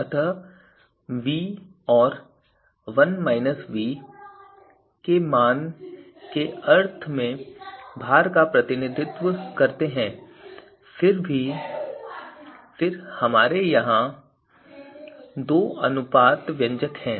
अतः v और के मान एक अर्थ में भार का प्रतिनिधित्व करते हैं फिर हमारे यहाँ दो अनुपात व्यंजक हैं